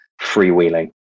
freewheeling